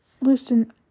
listen